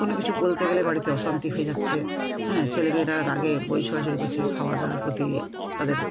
কোনো কিছু বলতে গেলে বাড়িতে অশান্তি হয়ে যাচ্ছে হ্যাঁ ছেলেমেয়েরা রাগে বই ছোড়াছুড়ি করছে খাওয়া দাওয়ার প্রতি তাদের